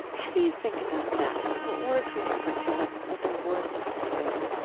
how do you think about that? what words would you put to what what the worth of this is,